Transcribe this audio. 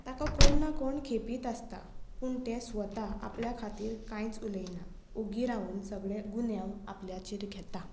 ताका कोण ना कोण खेपीत आसता पूण तें स्वता आपल्या खातीर कांयच उलयना ओगी रावन सगळे गुन्यांव आपल्याचेर घेता